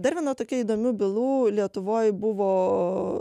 dar viena tokia įdomių bylų lietuvoje buvo